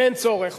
אין צורך בתשובה.